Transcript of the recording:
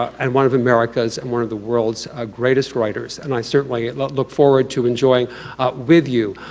and one of america's, and one of the world's ah greatest writers. and i certainly look forward to, enjoying with you,